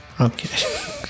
Okay